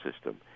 system